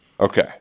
Okay